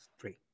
Three